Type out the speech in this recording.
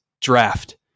draft